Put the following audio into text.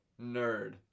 nerd